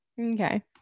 Okay